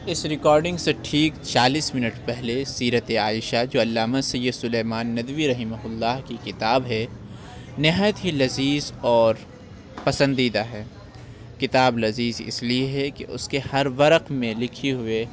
اِس ریکارڈنگ سے ٹھیک چالیس منٹ پہلے سیرتِ عائشہ جو علامہ سید سُلیمان ندوی رحمہ اللہ کی کتاب ہے نہایت ہی لذیذ اور پسندیدہ ہے کتاب لذیذ اِس لیے ہے کہ اُس کے ہر ورق میں لکھی ہوئے